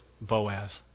Boaz